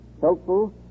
helpful